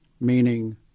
meaning